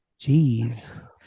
jeez